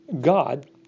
God